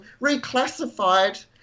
reclassified